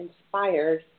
inspired